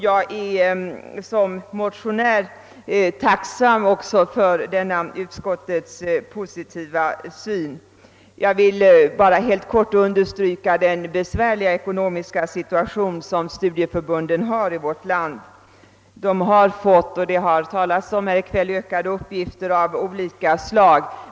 Jag är som motionär också tacksam för denna utskottets positiva syn på frågan. Jag vill i all korthet understryka den besvärliga ekonomiska situationen för studieförbunden i vårt land. De har fått, vilket framhållits här i kväll, ökade uppgifter av olika slag.